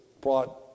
brought